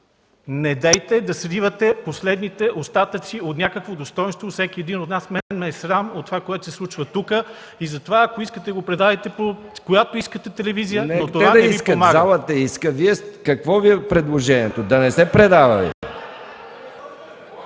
Недейте да сривате последните остатъци от някакво достойнство. Всеки един от нас, мен ме е срам от това, което се случва тук и затова, ако искате го предавайте по която искате телевизия, но това не Ви помага. ПРЕДСЕДАТЕЛ МИХАИЛ МИКОВ: Те не искат, залата иска. Какво Ви е предложението? Да не се предава ли?